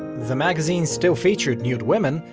the magazine still featured nude women,